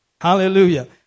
Hallelujah